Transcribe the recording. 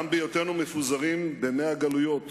גם בהיותנו מפוזרים במאה גלויות